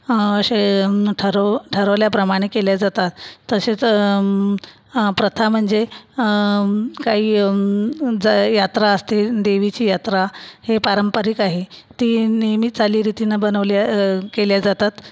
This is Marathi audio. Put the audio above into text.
असे ठरव ठरवल्याप्रमाणे केले जातात तसेच प्रथा म्हणजे काही ज यात्रा असते देवीची यात्रा हे पारंपरिक आहे ती नेहमीच चालीरितीने बनवल्या केल्या जातात